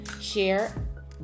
share